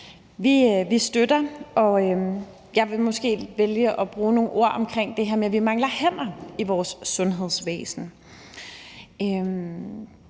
Vi støtter, og jeg vil måske vælge at bruge nogle ord på det her med, at vi mangler hænder i vores sundhedsvæsen.